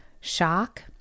shock